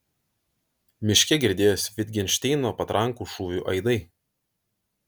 miške girdėjosi vitgenšteino patrankų šūvių aidai